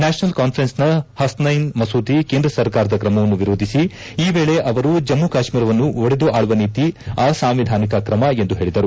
national ಕಾನ್ವರೆನ್ಸ್ನ ಹಸ್ನೈನ್ ಮಸೂದಿ ಕೇಂದ್ರ ಸರ್ಕಾರದ ಕ್ರಮವನ್ನು ವಿರೋಧಿಸಿ ಈ ವೇಳೆ ಅವರು ಜಮ್ನು ಕಾಶ್ಮೀರವನ್ನು ಒಡೆದು ಆಳುವ ನೀತಿ ಅಸಾಂವಿಧಾನಿಕ ್ರಮ ಎಂದು ಹೇಳಿದರು